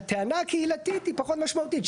הטענה הקהילתית היא פחות משמעותית.